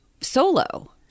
solo